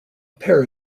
pair